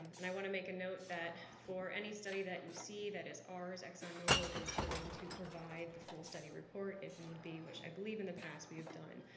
and i want to make a note that for any study that you see that is ours, exxon mobil is willing to provide the full study report if need be, which i believe in the past we have done.